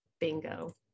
Bingo